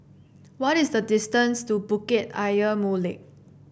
what is the distance to Bukit Ayer Molek